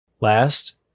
Last